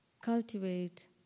cultivate